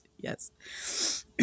Yes